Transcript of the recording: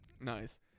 nice